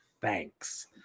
Thanks